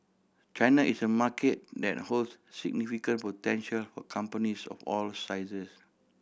China is a market that holds significant potential for companies of all sizes